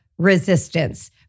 Resistance